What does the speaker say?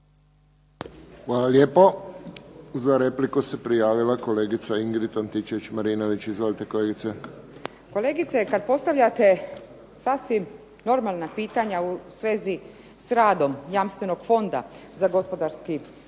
Hvala lijepo. Za repliku se prijavila kolegica Ingrid Antičević-Marinović. Izvolite, kolegice. **Antičević Marinović, Ingrid (SDP)** Kolegice, kad postavljate sasvim normalna pitanja u svezi se radom jamstvenog fonda za gospodarski oporavak